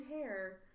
hair